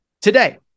today